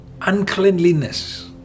uncleanliness